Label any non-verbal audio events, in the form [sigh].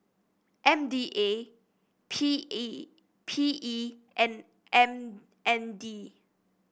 M D A P [unintelligible] P E and M N D